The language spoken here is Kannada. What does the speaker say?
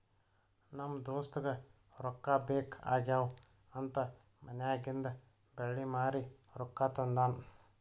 ನಮ್ ದೋಸ್ತಗ ರೊಕ್ಕಾ ಬೇಕ್ ಆಗ್ಯಾವ್ ಅಂತ್ ಮನ್ಯಾಗಿಂದ್ ಬೆಳ್ಳಿ ಮಾರಿ ರೊಕ್ಕಾ ತಂದಾನ್